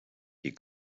you